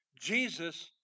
jesus